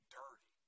dirty